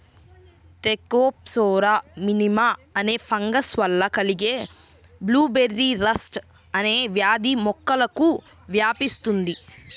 Thekopsora minima అనే fungus వల్ల కలిగే బ్లూబెర్రీ రస్ట్ అనే వ్యాధి మొక్కలకు వ్యాపిస్తుంది